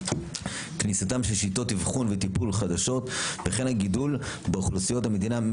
כניסתן של שיטות אבחון וטיפול חדשות וכן הגידול באוכלוסיית המדינה,